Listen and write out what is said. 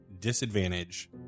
disadvantage